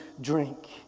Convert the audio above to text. drink